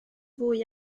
fwy